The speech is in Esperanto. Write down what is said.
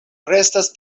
restas